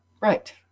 Right